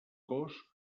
cos